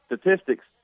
statistics